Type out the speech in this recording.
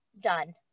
done